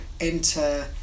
enter